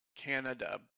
Canada